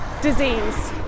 disease